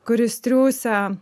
kuris triūsia